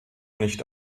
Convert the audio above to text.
nicht